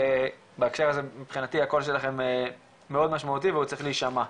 בהקשר הזה מבחינתי הקול שלכם מאוד משמעותי והוא צריך להישמע.